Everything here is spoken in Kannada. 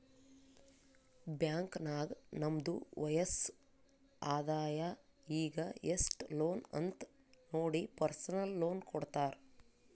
ಬ್ಯಾಂಕ್ ನಾಗ್ ನಮ್ದು ವಯಸ್ಸ್, ಆದಾಯ ಈಗ ಎಸ್ಟ್ ಲೋನ್ ಅಂತ್ ನೋಡಿ ಪರ್ಸನಲ್ ಲೋನ್ ಕೊಡ್ತಾರ್